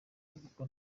ariko